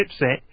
chipset